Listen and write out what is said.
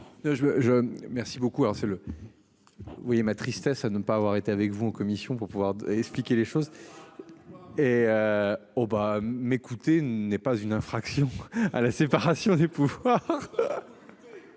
c'est le. Vous voyez ma tristesse à ne pas avoir été, avec vous en commission pour pouvoir expliquer les choses. Et. Oh ben m'écouter n'est pas une infraction à la séparation des pouvoirs.